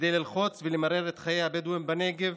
כדי ללחוץ ולמרר את חיי הבדואים בנגב,